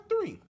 three